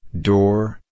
door